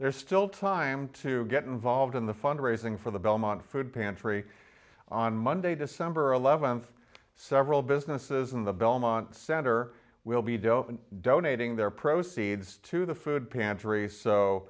there's still time to get involved in the fundraising for the belmont food pantry on monday december eleventh several businesses in the belmont center will be dope and donating their proceeds to the food pantry so